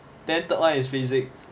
then third one is physics